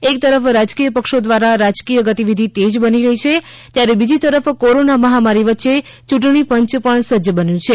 એક તરફ રાજકીય પક્ષો દ્વારા રાજકીય ગતિવિધિ તેજ બની રહી છે ત્યારે બીજી તરફ કોરોના મહામારી વચ્ચે ચૂંટણી પંચ પણ સજ્જ બન્યું છે